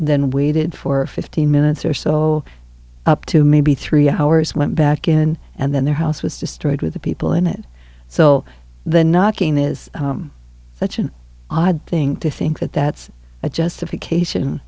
then waited for fifteen minutes or so up to maybe three hours went back in and then their house was destroyed with the people in it so the knocking is such an odd thing to think that that's a justification